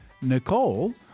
Nicole